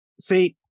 see